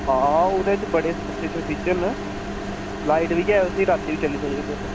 हां ओह्दे च बड़े अच्छे अच्छे फीचर न लाइट बी ऐ उसी राती बी चली सकदे तुस